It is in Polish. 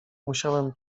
musiałem